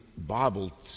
Bible